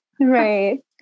Right